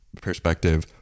perspective